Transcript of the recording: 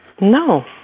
No